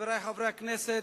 חברי חברי הכנסת,